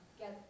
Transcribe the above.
get